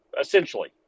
essentially